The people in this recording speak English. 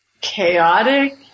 chaotic